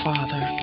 Father